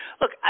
Look